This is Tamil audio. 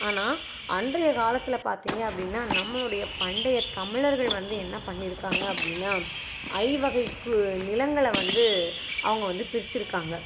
ஆனால் அன்றையை காலத்தில் பார்த்தீங்க அப்படின்னா நம்மளுடைய பண்டையை தமிழர்கள் வந்து என்ன பண்ணிருக்காங்க அப்படின்னா ஐவகை கு நிலங்களை வந்து அவங்க வந்து பிரிச்சிருக்காங்க